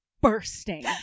bursting